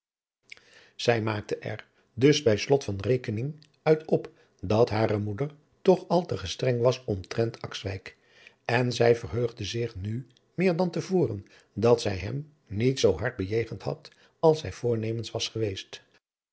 zij maakte er dus bij slot van rekening uit op dat hare moeder toch al te gestreng was omtrent akswijk en zij verheugde zich nu meer dan te voren dat zij hem niet zoo hard bejegend had als zij voornemens was geweest